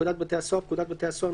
"פקודת בתי הסוהר" פקודת בתי הסוהר ,